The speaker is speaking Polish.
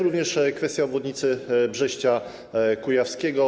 Również kwestia obwodnicy Brześcia Kujawskiego.